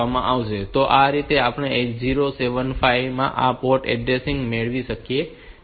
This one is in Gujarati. તો આ રીતે આપણે 8075 માં આ પોર્ટ એડ્રેસીંગ મેળવી શકીએ છીએ